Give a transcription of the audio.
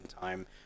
time